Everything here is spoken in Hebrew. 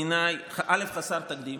בעיניי, דבר ראשון, חסר תקדים.